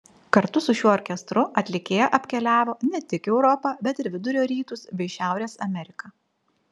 kartu su šiuo orkestru atlikėja apkeliavo ne tik europą bet ir vidurio rytus bei šiaurės ameriką